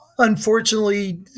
Unfortunately